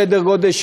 סדר גודל,